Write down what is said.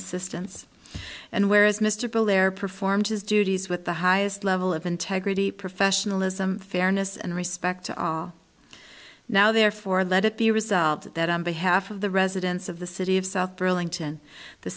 assistance and whereas mr bill there performed his duties with the highest level of integrity professionalism fairness and respect now therefore that it be resolved that on behalf of the residents of the city of south burlington the